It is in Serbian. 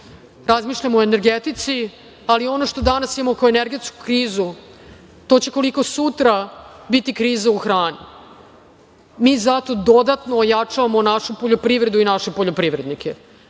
razmišljamo o energetici, ali ono što danas imamo kao energetsku krizu to će koliko sutra biti kriza u hrani. Mi zato dodatno ojačavamo našu poljoprivredu i naše poljoprivrednike.